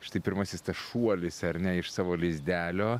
štai pirmasis tas šuolis ar ne iš savo lizdelio